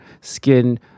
skin